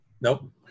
Nope